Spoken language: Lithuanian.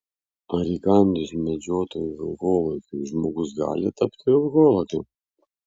ar įkandus medžiotojui vilkolakiui žmogus gali tapti vilkolakiu